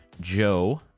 Joe